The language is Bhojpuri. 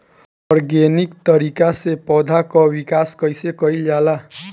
ऑर्गेनिक तरीका से पौधा क विकास कइसे कईल जाला?